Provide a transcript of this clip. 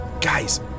Guys